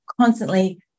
constantly